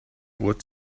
what